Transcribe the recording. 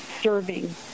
serving